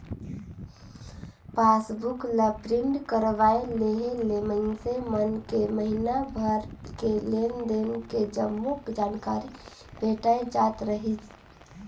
passbook ला print करवाये लेहे ले मइनसे मन के महिना भर के लेन देन के जम्मो जानकारी भेटाय जात रहीस